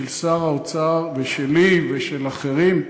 של שר האוצר ושלי ושל אחרים,